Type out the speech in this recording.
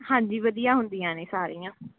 ਹਾਂਜੀ ਵਧੀਆ ਹੁੰਦੀਆਂ ਨੇ ਸਾਰੀਆਂ